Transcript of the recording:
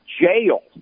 jail